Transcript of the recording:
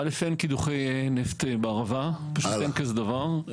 קודם כל, אין קידוחי נפט בערבה, אין כזה דבר.